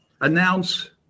announce